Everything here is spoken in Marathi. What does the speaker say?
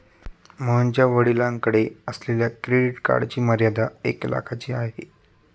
मोहनच्या वडिलांकडे असलेल्या क्रेडिट कार्डची मर्यादा एक लाखाची आहे